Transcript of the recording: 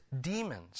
demons